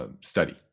study